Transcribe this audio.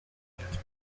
مییابد